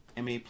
ma